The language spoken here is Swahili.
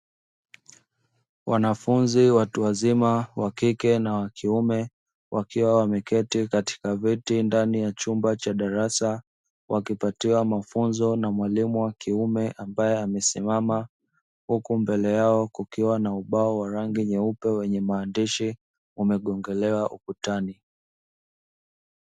Wanafunzi watu wazima wakike na wakiume, wakiwa wameketi katika viti ndani ya chumba cha darasa, wakipatiwa mafunzo na mwalimu wa kiume ambaye amesimama, huku mbele yao kukiwa na ubao wa rangi nyeupe wenye maandishi umegongelewa ukutani.